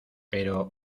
pero